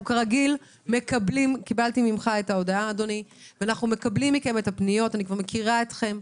אנחנו מקבלים מכם את הפניות, אני כבר מכירה אתכם.